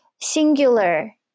singular